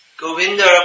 Govinda